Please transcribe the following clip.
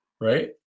right